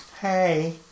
Hey